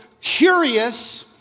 curious